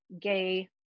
gay